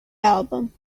album